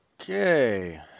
Okay